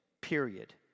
period